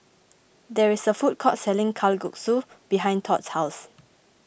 there is a food court selling Kalguksu behind Tod's house